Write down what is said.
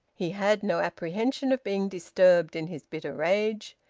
he had no apprehension of being disturbed in his bitter rage.